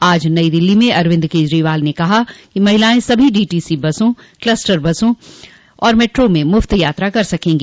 आज नई दिल्ली में अरविंद केजरीवाल ने कहा कि महिलाएं सभी डीटीसी बसों कलस्टर बसों और मेट्रा में मुफ्त यात्रा कर सकेंगी